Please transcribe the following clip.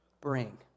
bring